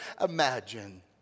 imagine